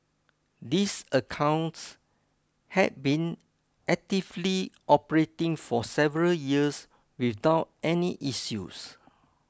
these accounts had been actively operating for several years without any issues